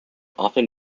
often